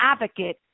advocate